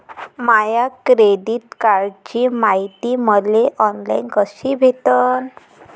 माया credit कार्डची मायती मले ऑनलाईन कसी भेटन?